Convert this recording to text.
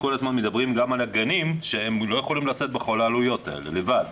מדברים על הגנים שלא יכולים לשאת בכל העלויות האלה לבד.